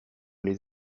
les